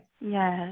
yes